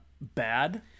bad